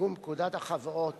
לתיקון פקודת החברות